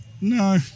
no